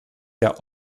der